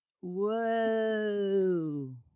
Whoa